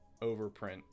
overprint